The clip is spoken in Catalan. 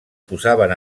posaven